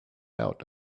out